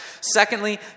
Secondly